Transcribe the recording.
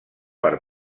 per